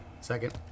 Second